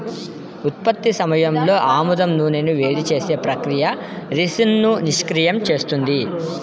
ఉత్పత్తి సమయంలో ఆముదం నూనెను వేడి చేసే ప్రక్రియ రిసిన్ను నిష్క్రియం చేస్తుంది